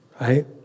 right